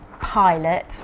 pilot